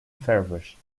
feverish